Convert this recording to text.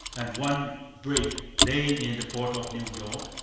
and one brig lay in the port of new york,